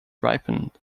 ripened